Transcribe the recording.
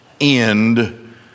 end